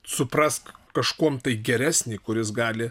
suprask kažkuom tai geresnį kuris gali